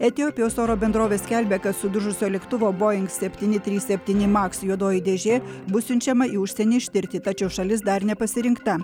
etiopijos oro bendrovės skelbia kad sudužusio lėktuvo boeing septyni trys septyni maks juodoji dėžė bus siunčiama į užsienį ištirti tačiau šalis dar nepasirinkta